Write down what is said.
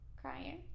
crying